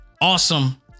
awesome